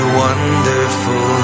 wonderful